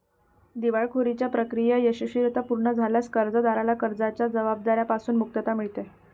दिवाळखोरीची प्रक्रिया यशस्वीरित्या पूर्ण झाल्यास कर्जदाराला कर्जाच्या जबाबदार्या पासून मुक्तता मिळते